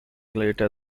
later